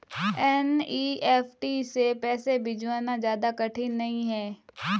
NEFT से पैसे भिजवाना ज्यादा कठिन नहीं है